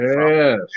Yes